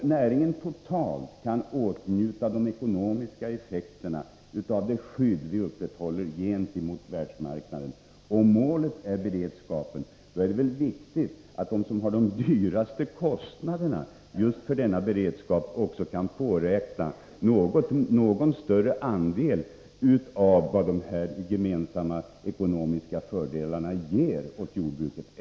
Om näringen totalt kan åtnjuta de ekonomiska effekterna av det skydd vi upprätthåller gentemot världsmarknaden och målet är beredskap, är det väl viktigt att de som har de största kostnaderna just för denna beredskap också kan påräkna en något större andel av vad de här gemensamma ekonomiska fördelarna ger åt jordbruket?